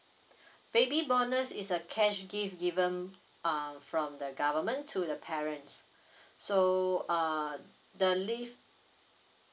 baby bonus is a cash gift given err from the government to the parents so (urr) the leave